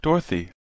Dorothy